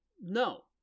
No